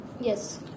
yes